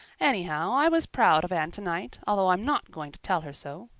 anyhow, i was proud of anne tonight, although i'm not going to tell her so.